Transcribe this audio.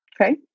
Okay